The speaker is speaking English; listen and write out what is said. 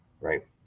Right